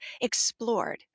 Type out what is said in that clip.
explored